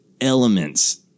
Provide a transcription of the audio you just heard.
elements